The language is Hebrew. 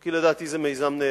כי לדעתי זה מיזם נהדר,